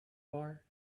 bar